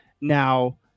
Now